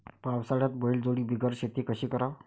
पावसाळ्यात बैलजोडी बिगर शेती कशी कराव?